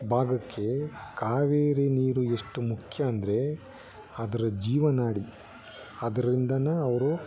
ಭಾಗಕ್ಕೆ ಕಾವೇರಿ ನೀರು ಎಷ್ಟು ಮುಖ್ಯ ಅಂದರೆ ಅದ್ರ ಜೀವನಾಡಿ ಅದ್ರಿಂದಲೇ ಅವರು